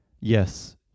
Yes